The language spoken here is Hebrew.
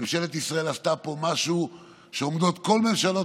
ממשלת ישראל עשתה פה משהו שעומדות כל ממשלות